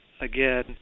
again